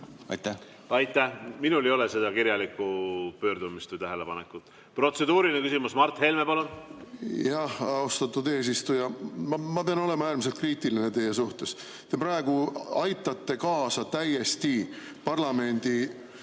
Aitäh! Minul ei ole seda kirjalikku pöördumist või tähelepanekut. Protseduuriline küsimus, Mart Helme, palun! Austatud eesistuja! Ma pean olema äärmiselt kriitiline teie suhtes. Te praegu täiesti aitate kaasa parlamendi